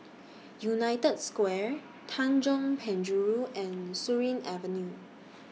United Square Tanjong Penjuru and Surin Avenue